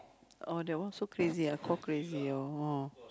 oh that one so crazy ah call crazy orh